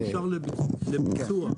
מאושר לביצוע.